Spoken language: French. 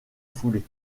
foulée